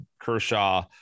Kershaw